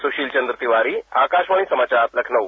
सुशील चन्द्र तिवारी आकाशवाणी समाचार लखनऊ